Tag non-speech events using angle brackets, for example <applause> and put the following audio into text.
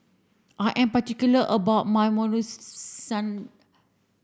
I am particular about my <unintelligible>